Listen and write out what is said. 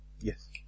Yes